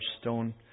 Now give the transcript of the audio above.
stone